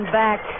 back